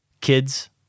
kids